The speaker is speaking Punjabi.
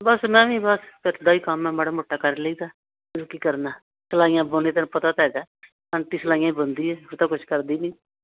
ਬਸ ਮੈਂ ਵੀ ਬਸ ਘਰ ਦਾ ਹੀ ਕੰਮ ਹੈ ਮਾੜਾ ਮੋਟਾ ਕਰ ਲਈ ਦਾ ਹੋਰ ਕੀ ਕਰਨਾ ਸਲਾਈਆਂ ਬੁਣਦੀ ਤੈਨੂੰ ਪਤਾ ਤਾਂ ਹੈਗਾ ਐਟੀ ਸਲਾਈਆਂ ਹੀ ਬੁਣਦੀ ਹੈ ਹੋਰ ਤਾਂ ਕੁਛ ਕਰਦੀ ਨਹੀਂ